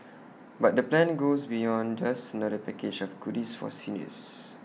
but the plan goes beyond just another package of goodies for seniors